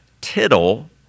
tittle